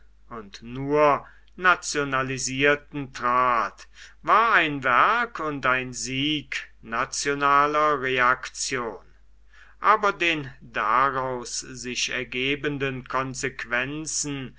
und nur nationalisierten trat war ein werk und ein sieg nationaler reaktion aber den daraus sich ergebenden konsequenzen